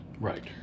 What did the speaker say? Right